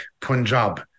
Punjab